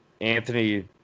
Anthony